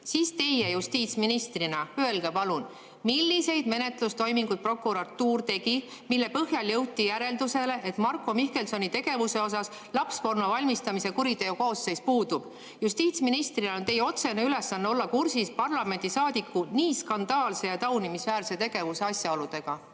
siis teie justiitsministrina öelge palun, milliseid menetlustoiminguid prokuratuur tegi, mille põhjal jõuti järeldusele, et Marko Mihkelsoni tegevuse osas lapsporno valmistamise kuriteokoosseis puudub. Justiitsministrina on teie otsene ülesanne olla kursis parlamendisaadiku nii skandaalse ja taunimisväärse tegevuse asjaoludega.